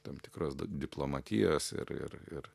tam tikros diplomatijos ir ir ir